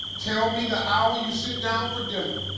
tell me the hour you sit down for dinner.